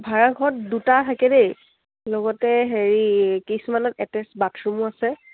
ভাড়া ঘৰত দুটা থাকে দেই লগতে হেৰি কিছুমানত এটাচ বাথৰুমো আছে